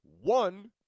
One